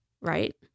right